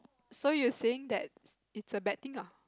so you saying that it's a bad thing lah